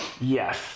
yes